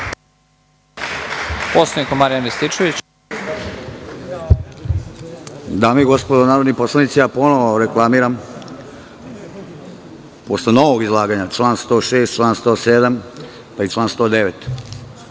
Dame i gospodo narodni poslanici, ponovo reklamiram posle novog izlaganja član 106, 107, pa i 109,